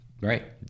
Right